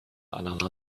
aneinander